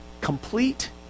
Complete